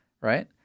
Right